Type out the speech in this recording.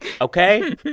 Okay